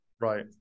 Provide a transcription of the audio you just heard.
Right